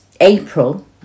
April